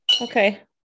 okay